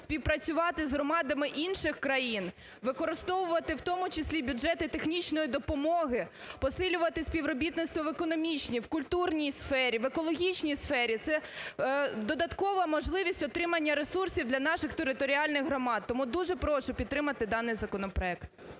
співпрацювати з громадами інших країн, використовувати в тому числі бюджети технічної допомоги, посилювати співробітництво в економічній, в культурній сфері, в екологічній сфері. Це додаткова можливість отримання ресурсів для наших територіальних громад. Тому дуже прошу підтримати даний законопроект.